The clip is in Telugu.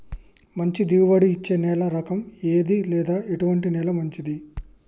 మంచి దిగుబడి ఇచ్చే నేల రకం ఏది లేదా ఎటువంటి నేల మంచిది?